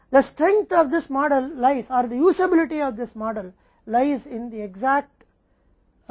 इस मॉडल की ताकत निहित है या इस मॉडल की प्रयोज्य सटीक गणना या Cs के सटीक अनुमान में निहित है